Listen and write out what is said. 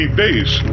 base